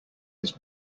his